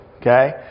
okay